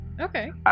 Okay